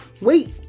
Wait